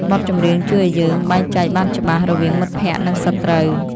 បទចម្រៀងជួយឱ្យយើងបែងចែកបានច្បាស់ រវាងមិត្តភក្តិ និងសត្រូវ។